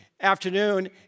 afternoon